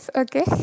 okay